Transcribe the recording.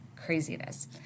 craziness